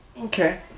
Okay